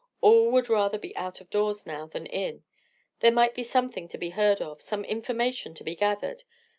all would rather be out of doors now, than in there might be something to be heard of, some information to be gathered,